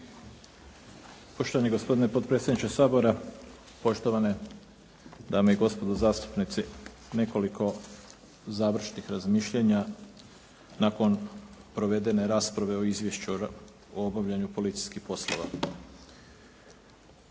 Poštovani gospodine potpredsjedniče Sabora, poštovane dame i gospodo zastupnici, nekoliko završnih razmišljanja nakon provedene rasprave o izvješću o obavljanju policijskih poslova.